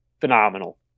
Phenomenal